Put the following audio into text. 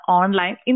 online